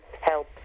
help